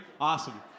Awesome